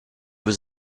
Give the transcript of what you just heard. was